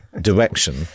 direction